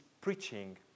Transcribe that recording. preaching